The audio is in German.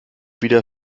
wieder